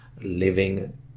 living